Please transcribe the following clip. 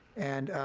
and